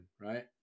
right